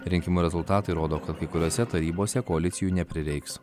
rinkimų rezultatai rodo kad kai kuriose tarybose koalicijų neprireiks